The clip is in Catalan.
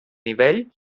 nivell